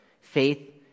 faith